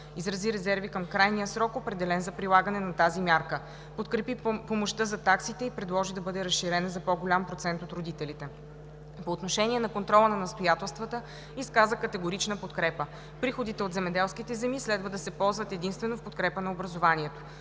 Изрази резерви към крайния срок, определен за прилагане на тази мярка. Подкрепи помощта за таксите и предложи да бъде разширена за по-голям процент от родителите. По отношение контрола на настоятелствата изказа категорична подкрепа. Приходите от земеделски земи следва да се ползват единствено в подкрепа на образованието.